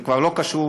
זה כבר לא קשור